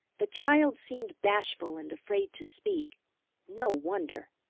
the child seemed bashful and afraid to speak no wonder!